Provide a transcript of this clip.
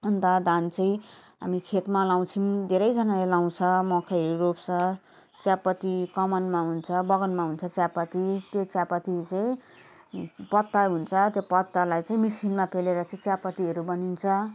अन्त धान चाहिँ हामी खेतमा लगाउँछौँ धेरैजनाले लगाउँछ मकैहरू रोप्छ चियापत्ती कमानमा हुन्छ बगानमा हुन्छ चियापत्ती त्यो चियापत्तीहरू चाहिँ पत्ता हुन्छ त्यो पत्तालाई चाहिँ मसिनमा पेलेर चाहिँ चियापत्तीहरू बनिन्छ